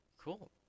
cool